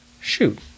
Shoot